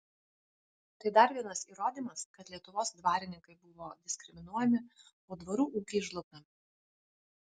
tai dar vienas įrodymas kad lietuvos dvarininkai buvo diskriminuojami o dvarų ūkiai žlugdomi